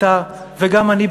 אתה וגם אני,